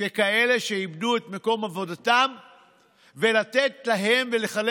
ככאלה שאיבדו את מקום עבודתם ולתת להם ולחלק